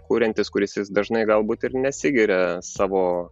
kuriantis kuris jis dažnai galbūt ir nesigiria savo